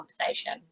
conversation